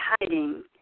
hiding